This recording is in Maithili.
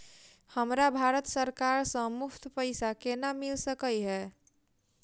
हमरा भारत सरकार सँ मुफ्त पैसा केना मिल सकै है?